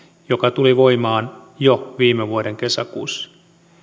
joka tuli voimaan jo viime vuoden kesäkuussa